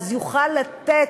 אז הוא יוכל לתת